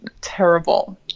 terrible